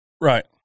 Right